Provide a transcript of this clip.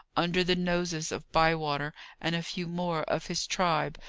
under the noses of bywater and a few more of his tribe,